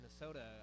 minnesota